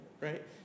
right